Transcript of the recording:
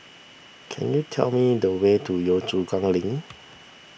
can you tell me the way to Yio Chu Kang Link